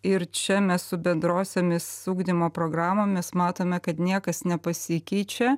ir čia mes su bendrosiomis ugdymo programomis matome kad niekas nepasikeičia